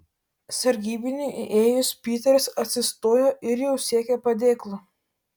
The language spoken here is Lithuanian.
sargybiniui įėjus piteris atsistojo ir jau siekė padėklo